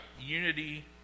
unity